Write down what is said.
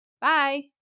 Bye